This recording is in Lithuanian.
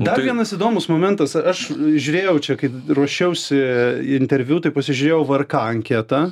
dar vienas įdomus momentas aš žiūrėjau čia kai ruošiausi interviu tai pasižiūrėjau vrk anketą